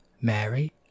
Mary